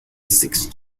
six